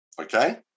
okay